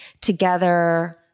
together